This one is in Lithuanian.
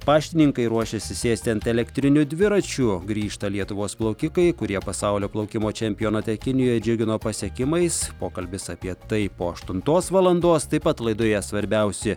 paštininkai ruošiasi sėsti ant elektrinių dviračių grįžta lietuvos plaukikai kurie pasaulio plaukimo čempionate kinijoj džiugino pasiekimais pokalbis apie tai po aštuntos valandos taip pat laidoje svarbiausi